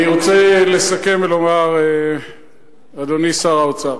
אני רוצה לסכם ולומר, אדוני שר האוצר: